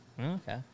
Okay